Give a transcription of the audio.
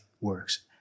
works